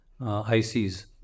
ICs